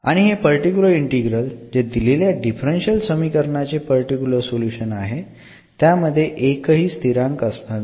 आणि हे particular integral जे दिलेल्या डिफरन्शियल समीकरणाचे पर्टिक्युलर सोल्युशन आहे त्यामध्ये एकही स्थिरांक असणार नाही